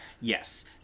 Yes